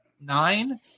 nine